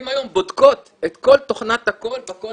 היום הן בודקות את כל תוכנת הקול בקול